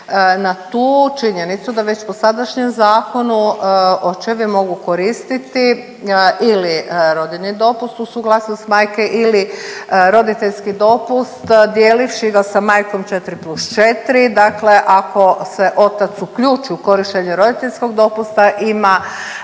na tu činjenicu da već po sadašnjem zakonu očevi mogu koristiti ili rodiljni dopust uz suglasnost majke ili roditeljski dopust dijelivši ga sa majkom 4+4, dakle ako se otac uključi u korištenje roditeljskog dopusta ima